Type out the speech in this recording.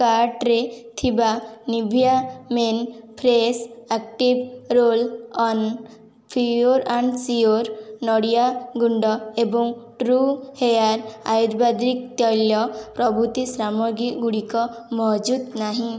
କାର୍ଟ୍ରେ ଥିବା Nivea men fresh active roll on pure and sure ନଡ଼ିଆ ଗୁଣ୍ଡ ଏବଂ ଟ୍ରୁ ହେୟାର୍ ଆୟୁର୍ବେଦିକ ତୈଳ ପ୍ରଭୃତି ସାମଗ୍ରୀ ଗୁଡ଼ିକ ମହଜୁଦ ନାହିଁ